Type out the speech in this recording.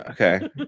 Okay